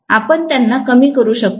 आपण त्यांना कमी करू शकतो